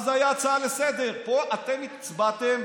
אז זאת הייתה הצעה לסדר-היום, פה אתם הצבעתם